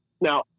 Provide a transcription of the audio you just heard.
Now